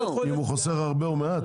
אם הוא חוסך הרבה או מעט?